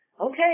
okay